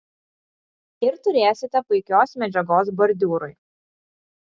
ir turėsite puikios medžiagos bordiūrui